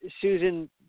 Susan